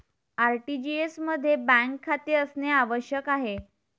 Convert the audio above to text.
RTGS मध्ये bank खाते असणे आवश्यक आहे